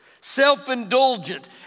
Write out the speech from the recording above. self-indulgent